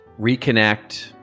reconnect